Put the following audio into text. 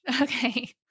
Okay